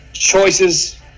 Choices